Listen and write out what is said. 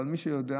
אבל מי שיודע,